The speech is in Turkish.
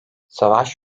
savaş